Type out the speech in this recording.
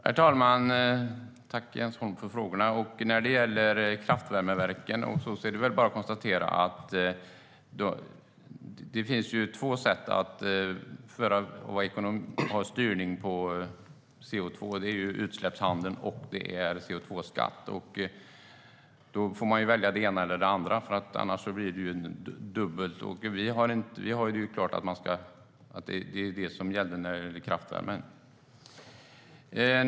Herr talman! Tack, Jens Holm, för frågorna! När det gäller kraftvärmeverken: Det finns två sätt att ha styrning beträffande koldioxid, och det är utsläppshandeln och koldioxidskatt, och då får man välja det ena eller det andra, för annars blir det dubbelt. Vi har det klart att det är det som gäller i fråga om kraftvärmen.